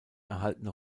erhaltene